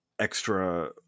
extra